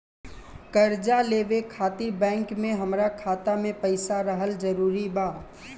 कर्जा लेवे खातिर बैंक मे हमरा खाता मे पईसा रहल जरूरी बा?